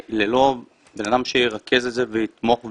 לא משנה מיהו התושב ללא בן אדם שירכז את זה ויתמוך ויוביל.